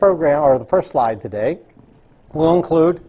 program or the first slide today will include